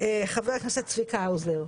חבר הכנסת צביקה האוזר,